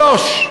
רק רגע,